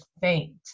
faint